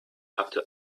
after